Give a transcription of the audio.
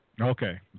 Okay